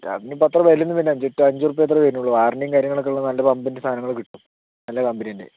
അതിനു ഇപ്പോൾ അത്ര വിലയൊന്നും വരില്ല അഞ്ചു ഉറുപ്പിക അത്രയേ വരുണുള്ളൂ വാറണ്ടിയും കാര്യങ്ങളൊക്കെയുള്ളത് നല്ല പമ്പിൻ്റെ സാധനങ്ങൾ കിട്ടും നല്ല കമ്പനീൻ്റെ